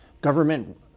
government